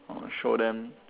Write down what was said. or show them